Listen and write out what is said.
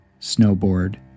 snowboard